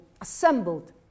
assembled